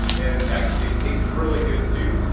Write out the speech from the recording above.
and actually they taste really good too.